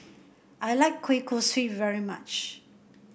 I like Kueh Kosui very much